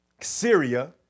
Syria